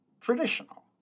traditional